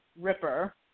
Ripper